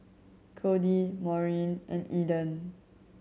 Cody Maureen and Eden